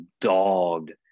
dogged